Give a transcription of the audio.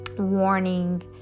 warning